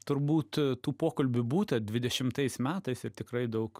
turbūt tų pokalbių būta dvidešimtais metais ir tikrai daug